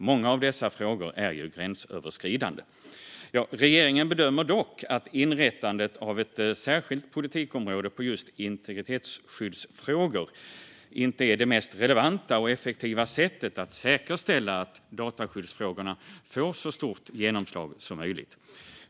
Många av dessa frågor är ju gränsöverskridande. Regeringen bedömer dock att inrättandet av ett särskilt politikområde för just integritetsskyddsfrågor inte är det mest relevanta och effektiva sättet att säkerställa att dataskyddsfrågorna får så stort genomslag som möjligt.